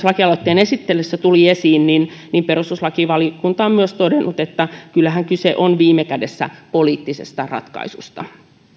lakialoitteen esittelyssä tuli esiin perustuslakivaliokunta on myös todennut että kyllähän kyse on viime kädessä poliittisesta ratkaisusta